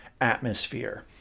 atmosphere